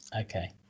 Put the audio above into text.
Okay